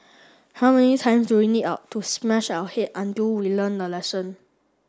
how many times do we need out to smash our head until we learn the lesson